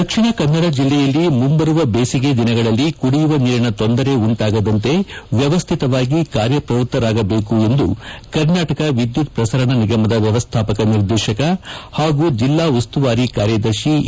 ದಕ್ಷಿಣ ಕನ್ನಡ ಜಿಲ್ಲೆಯಲ್ಲಿ ಮುಂಬರುವ ಬೇಸಿಗೆ ದಿನಗಳಲ್ಲಿ ಕುಡಿಯುವ ನೀರಿನ ತೊಂದರೆ ಉಂಟಾಗದಂತೆ ವ್ಯವಸ್ಥಿತವಾಗಿ ಕಾರ್ಯ ಪ್ರವೃತ್ತರಾಗಬೇಕು ಎಂದು ಕರ್ನಾಟಕ ವಿದ್ಯುತ್ ಪ್ರಸರಣ ನಿಗಮದ ವ್ಯವಸ್ಣಾಪಕ ನಿರ್ದೇಶಕ ಹಾಗೂ ಜಿಲ್ಲಾ ಉಸ್ತುವಾರಿ ಕಾರ್ಯದರ್ಶಿ ಎ